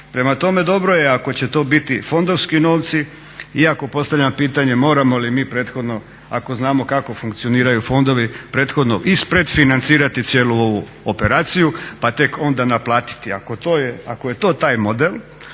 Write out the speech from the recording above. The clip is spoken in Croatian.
Prema tome, dobro je ako će to biti fondovski novci, iako postavljam pitanje moramo li mi prethodno ako znamo kako funkcioniraju fondovi prethodno ispred financirati cijelu ovu operaciju, pa tek onda naplatiti. Ako to je,